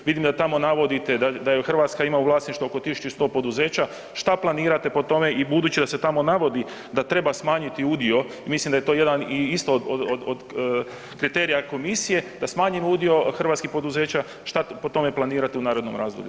Vidim da tamo navodite da Hrvatska ima u vlasništvu oko 1100 poduzeća, šta planirate po tome i budući da se tamo navodi da treba smanjiti udio, mislim da je to jedan isto od kriterija komisije, da smanjimo udio hrvatskih poduzeća, šta po tome planirate u narednom razdoblju?